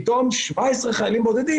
פתאום 17 חיילים בודדים,